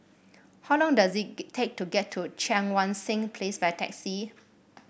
how long does it get take to get to Cheang Wan Seng Place by taxi